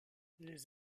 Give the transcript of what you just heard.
les